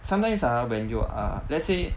sometimes ah when you are let's say